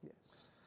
Yes